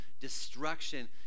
destruction